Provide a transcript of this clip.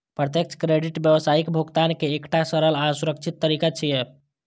प्रत्यक्ष क्रेडिट व्यावसायिक भुगतान के एकटा सरल आ सुरक्षित तरीका छियै